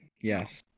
yes